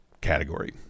category